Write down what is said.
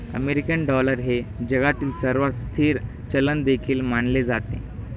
American dollar हे जगातील सर्वात स्थिर चलन देखील मानले जाते